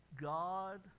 God